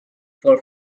for